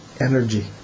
energy